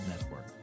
Network